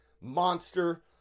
Monster